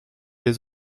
les